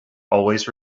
always